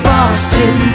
Boston